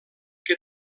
que